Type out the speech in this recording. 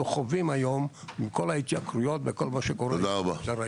חווים היום עם כול ההתייקרויות וכל מה שקורה במגזר העסקי.